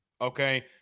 Okay